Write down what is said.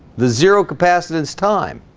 the zero capacitance time